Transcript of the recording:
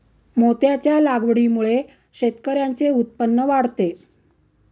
मोत्यांच्या लागवडीमुळे शेतकऱ्यांचे उत्पन्न वाढते